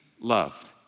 loved